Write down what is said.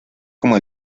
como